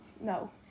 No